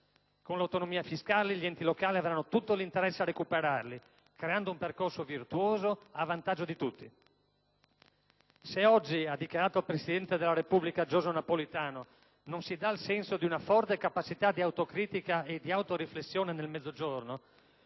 Con l'autonomia fiscale gli enti locali avranno tutto l'interesse a recuperarli, creando un percorso virtuoso a vantaggio di tutti. «Se oggi», ha dichiarato il presidente della Repubblica Giorgio Napolitano, «non si dà il senso di una forte capacità di autocritica e di autoriflessione nel Mezzogiorno,